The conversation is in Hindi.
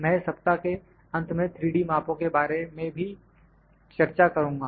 मैं इस सप्ताह के अंत में 3D मापों के बारे में भी चर्चा करूँगा